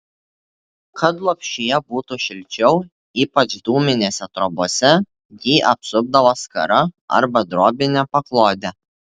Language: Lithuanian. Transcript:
kad lopšyje būtų šilčiau ypač dūminėse trobose jį apsupdavo skara arba drobine paklode